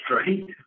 straight